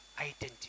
identity